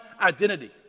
identity